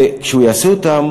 והוא יעשה אותם